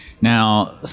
Now